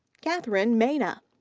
catherine maina.